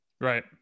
right